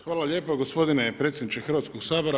Hvala lijepa gospodine predsjedniče Hrvatskog sabora.